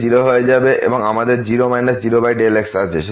সুতরাং এই ফাংশনটি 0 হয়ে যাবে এবং তাই আমাদের 0 0xআছে